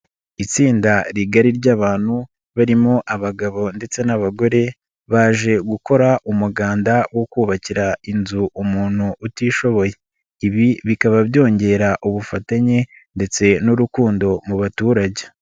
Itsinda rigari ry'abantu barimo abagabo ndetse n'abagore baje gukora umuganda wo kubakira inzu umuntu utishoboye, ibi bikaba byongera ubufatanye ndetse n'urukundo mu baturage.